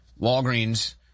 Walgreens